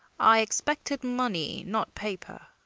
i expected money, not paper.